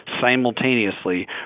simultaneously